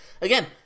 again